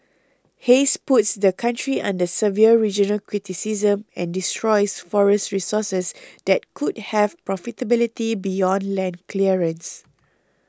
haze puts the country under severe regional criticism and destroys forest resources that could have profitability beyond land clearance